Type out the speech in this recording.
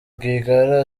rwigara